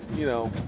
you know,